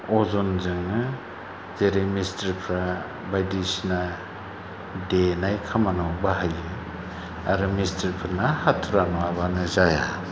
अजन जोंनो जेरै मिस्थ्रिफ्रा बायदिसिना देनाय खामानियाव बाहायो आरो मिस्थ्रिफोरना हाथुरा नङाबानो जाया